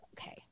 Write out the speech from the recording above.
okay